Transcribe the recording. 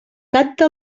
canta